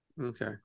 Okay